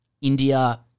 India